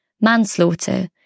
manslaughter